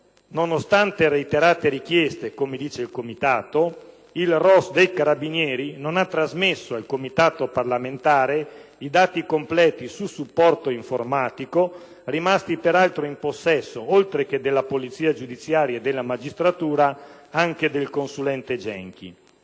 nonostante reiterate richieste, come sostiene il Comitato parlamentare, il ROS dei Carabinieri non ha trasmesso al Comitato stesso i dati completi su supporto informatico, rimasti, peraltro, in possesso, oltre che della Polizia giudiziaria e della magistratura, anche del consulente Genchi